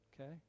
Okay